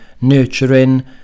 nurturing